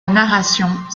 narration